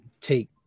take